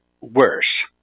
worse